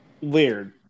Weird